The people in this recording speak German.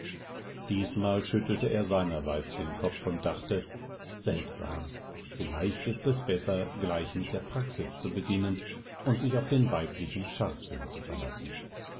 diesmal schüttelte er seinerseits den kopf und dachte seltsam vielleicht ist es besser gleich mit der praxis zu beginnen und sich auf den weiblichen scharfsinn zu verlassen